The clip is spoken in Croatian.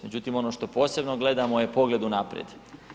Međutim, ono što posebno gledamo je pogled unaprijed.